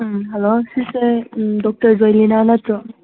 ꯎꯝ ꯍꯜꯂꯣ ꯁꯤꯁꯦ ꯗꯣꯛꯇꯔ ꯖꯣꯜꯂꯤꯅꯥ ꯅꯠꯇ꯭ꯔꯣ